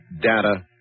data